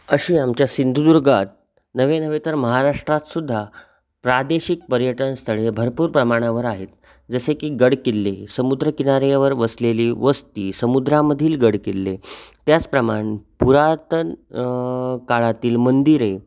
अशी आमच्या सिंधुदुर्गात नव्हे नव्हे तर महाराष्ट्रात सुद्धा प्रादेशिक पर्यटनस्थळे भरपूर प्रमाणावर आहेत जसे की गडकिल्ले समुद्रकिनाऱ्यावर बसलेली वस्ती समुद्रामधील गडकिल्ले त्याचप्रमाण पुरातन काळातील मंदिरे